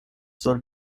soll